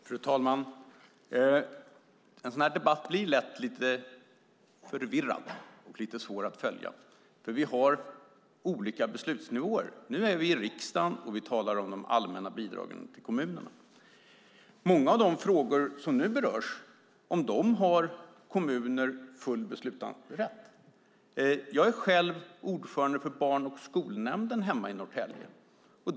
Fru talman! En sådan här debatt blir lätt lite förvirrad och svår att följa. Det finns olika beslutsnivåer. Nu är vi i riksdagen och vi talar om de allmänna bidragen till kommunerna. Många av de frågor som nu berörs har kommuner full beslutanderätt för. Jag är själv ordförande för barn och skolnämnden hemma i Norrtälje.